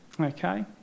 Okay